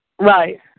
Right